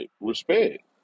respect